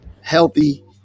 healthy